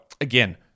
again